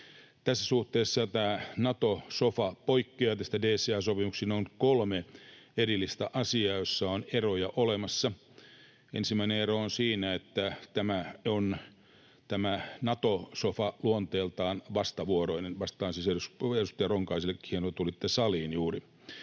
Tässä suhteessa tämä Nato-sofa poikkeaa tästä DCA-sopimuksesta. Siinä on kolme erillistä asiaa, joissa on eroja olemassa. Ensimmäinen ero on siinä, että tämä Nato-sofa on luonteeltaan vastavuoroinen. Vastaan siis edustaja Ronkaiselle — hienoa, että tulitte saliin juuri